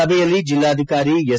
ಸಭೆಯಲ್ಲಿ ಜಿಲ್ಲಾಧಿಕಾರಿ ಎಸ್